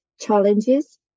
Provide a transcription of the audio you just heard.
challenges